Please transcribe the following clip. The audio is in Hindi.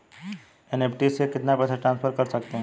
एन.ई.एफ.टी से कितना पैसा ट्रांसफर कर सकते हैं?